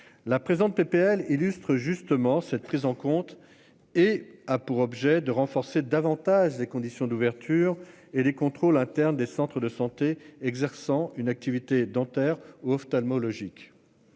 La PPL illustre justement cette prise en compte et a pour objet de renforcer davantage les conditions d'ouverture et les contrôles internes des centres de santé exerçant une activité dentaires ou ophtalmologiques.